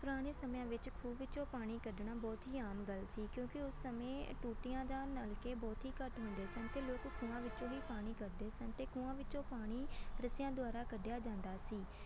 ਪੁਰਾਣੇ ਸਮਿਆਂ ਵਿੱਚ ਖੂਹ ਵਿੱਚੋਂ ਪਾਣੀ ਕੱਢਣਾ ਬਹੁਤ ਹੀ ਆਮ ਗੱਲ ਸੀ ਕਿਉਂਕਿ ਉਸ ਸਮੇਂ ਟੂਟੀਆਂ ਜਾਂ ਨਲਕੇ ਬਹੁਤ ਹੀ ਘੱਟ ਹੁੰਦੇ ਸਨ ਅਤੇ ਲੋਕ ਖੂਹਾਂ ਵਿੱਚੋਂ ਹੀ ਪਾਣੀ ਕੱਢਦੇ ਸਨ ਅਤੇ ਖੂਹਾਂ ਵਿੱਚੋਂ ਪਾਣੀ ਰੱਸਿਆਂ ਦੁਆਰਾ ਕੱਢਿਆ ਜਾਂਦਾ ਸੀ